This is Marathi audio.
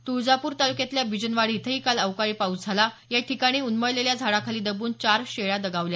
तुळजापूर तालुक्यातल्या बिजनवाडी इथंही काल अवकाळी पाऊस झाला याठिकाणी उन्मळलेल्या झाडाखाली दबून चार शेळ्या दगावल्या